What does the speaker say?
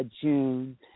June